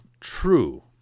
true